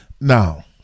Now